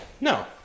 No